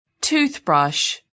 Toothbrush